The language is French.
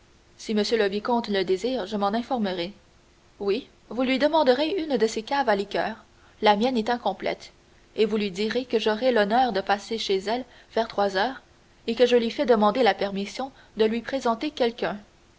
si monsieur le vicomte le désire je m'en informerai oui vous lui demanderez une de ses caves à liqueurs la mienne est incomplète et vous lui direz que j'aurai l'honneur de passer chez elle vers trois heures et que je lui fais demander la permission de lui présenter quelqu'un